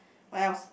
what else